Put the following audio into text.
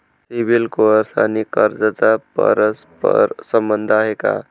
CIBIL score आणि कर्जाचा परस्पर संबंध आहे का?